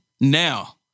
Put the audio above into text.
Now